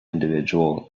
individual